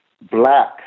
black